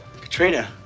Katrina